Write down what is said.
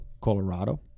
Colorado